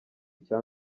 icya